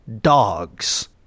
dogs